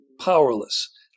powerless